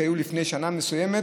שהיו לפני שנה מסוימת,